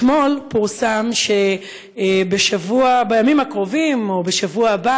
אתמול פורסם שבימים הקרובים או בשבוע הבא